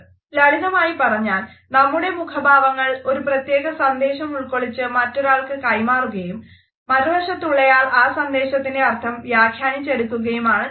ലളിതമായി പറഞ്ഞാൽ നമ്മുടെ മുഖഭാവങ്ങളിൽ ഒരു പ്രത്യേക സന്ദേശം ഉൾക്കൊള്ളിച്ചു മറ്റൊരാൾക്ക് കൈമാറുകയും മറുവശത്തുള്ളയാൾ ആ സന്ദേശത്തിൻറെ അർഥം വ്യാഖ്യാനിച്ചെടുക്കുകയുമാണ് ചെയ്യുന്നത്